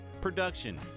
production